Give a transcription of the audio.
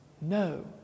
No